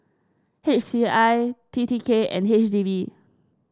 H C I T T K and H D B